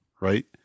right